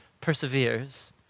perseveres